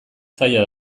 zaila